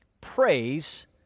Praise